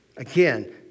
Again